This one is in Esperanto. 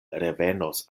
revenos